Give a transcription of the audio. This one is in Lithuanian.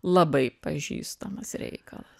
labai pažįstamas reikalas